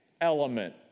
element